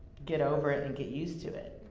get over it and get used to it.